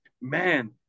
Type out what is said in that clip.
man